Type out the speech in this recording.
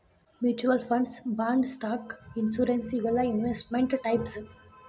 mutual funds bonds stock insurance ಇವೆಲ್ಲಾ investment types